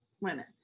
women